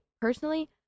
personally